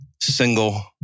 single